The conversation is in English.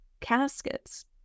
caskets